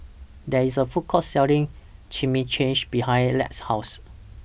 There IS A Food Court Selling Chimichangas behind Lex's House